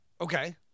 Okay